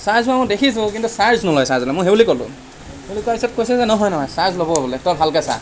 চাইছোঁ অ' দেখিছোঁ কিন্তু চাৰ্জ নলয় চাৰ্জাৰডালে মই সেইবুলি ক'লোঁ বোলে তাৰপিছত কৈছে যে নহয় নহয় চাৰ্জ ল'ব বোলে তই ভালকৈ চা